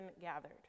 gathered